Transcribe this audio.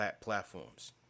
platforms